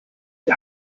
die